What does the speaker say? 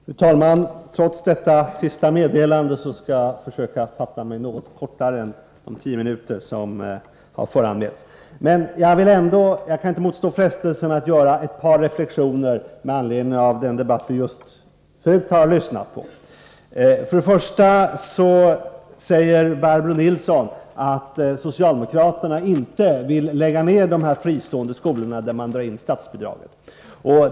Fru talman! Trots detta meddelande skall jag försöka fatta mig något kortare än de tio minuter som jag förhandsanmält skulle medge. Jag kan inte motstå frestelsen att göra ett par reflexioner med anledning av den debatt vi just har lyssnat på. Barbro Nilsson i Örnsköldsvik säger att socialdemokraterna inte vill lägga ned de fristående skolor till vilka man drar in statsbidraget.